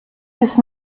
ist